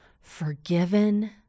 forgiven